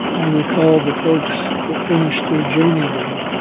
i recall the folks that finished their journey there.